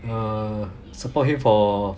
err support him for